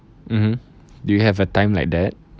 mmhmm do you have a time like that